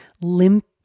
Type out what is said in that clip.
limp